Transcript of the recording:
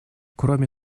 кроме